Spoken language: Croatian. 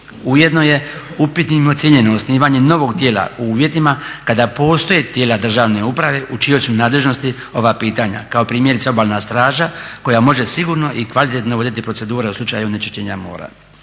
Ujedno je upitnim ocijenjeno osnivanje novog tijela u uvjetima kada postoje tijela državne uprave u čijoj su nadležnosti ova pitanja kao primjerice Obalna straža koja može sigurno i kvalitetno voditi procedure u slučaju onečišćenja mora.